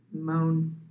moan